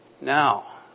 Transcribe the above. Now